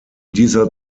dieser